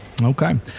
Okay